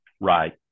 right